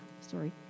sorry